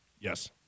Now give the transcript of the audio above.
Yes